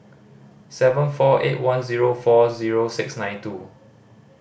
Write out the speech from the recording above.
seven four eight one zero four zero six nine two